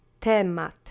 Temat